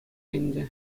ӗнтӗ